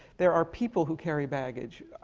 there are people who carry baggage.